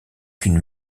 qu’une